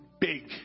big